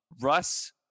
Russ